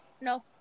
No